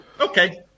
Okay